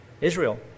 Israel